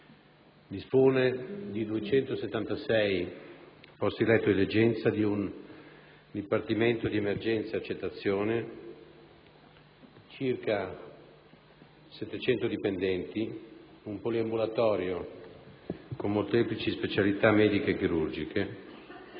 dispone di 276 posti letto di degenza, di un dipartimento di emergenza e accettazione, di circa 700 dipendenti e di un poliambulatorio con molteplici specialità mediche e chirurgiche.